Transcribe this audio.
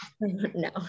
No